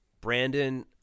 Brandon